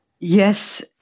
Yes